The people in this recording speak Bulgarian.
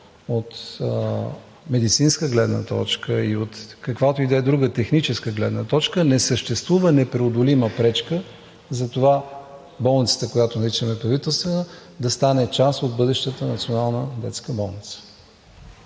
от медицинска гледна точка и от каквато и да е друга техническа гледна точка не съществува непреодолима пречка за това болницата, която наричаме Правителствена, да стане част от бъдещата Национална детска болница.